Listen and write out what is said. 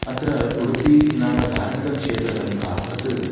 अत्र उडुपिनामधार्मिकक्षेत्रसद्भावात्